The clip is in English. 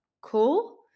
Cool